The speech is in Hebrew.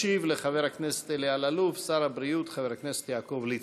ישיב לחבר הכנסת אלי אלאלוף שר הבריאות חבר הכנסת יעקב ליצמן.